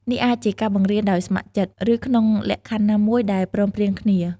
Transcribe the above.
នេះអាចជាការបង្រៀនដោយស្ម័គ្រចិត្ត ឬក្នុងលក្ខខណ្ឌណាមួយដែលព្រមព្រៀងគ្នា។